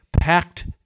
packed